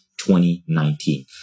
2019